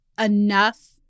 enough